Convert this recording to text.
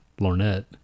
lornette